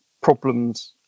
problems